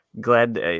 Glad